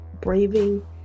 braving